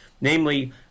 namely